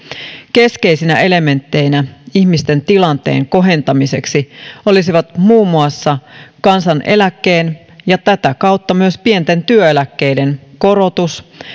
keskeisinä elementteinä ihmisten tilanteen kohentamiseksi olisivat muun muassa kansaneläkkeen ja tätä kautta myös pienten työeläkkeiden korotus